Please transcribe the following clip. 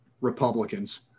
Republicans